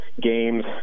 games